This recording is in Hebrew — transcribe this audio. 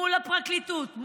מול הפרקליטות,